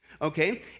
Okay